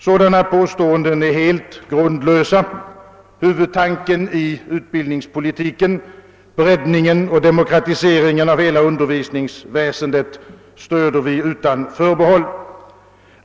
Sådana påståenden är helt grundlösa. Huvudtanken i utbildningspolitiken — breddningen och demokratiseringen av hela undervisningsväsendet — stöder vi utan förbehåll.